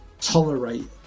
tolerate